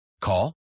Call